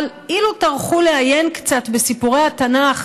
אבל אילו טרחו לעיין קצת בסיפורי התנ"ך